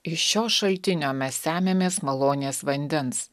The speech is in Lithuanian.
iš šio šaltinio mes semiamės malonės vandens